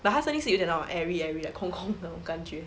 but 她声音是有一点那种 airy airy 的空空的感觉